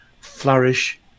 flourish